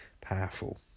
Powerful